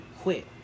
quit